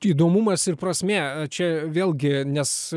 įdomumas ir prasmė čia vėlgi nes